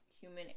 human